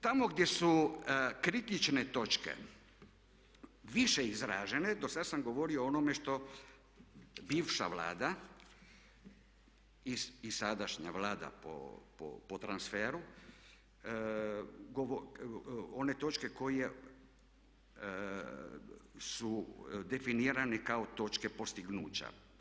Tamo gdje su kritične točke više izražene, do sada sam govorio o onome što bivša Vlada i sadašnja Vlada po transferu, one točke koje su definirane kao točke postignuća.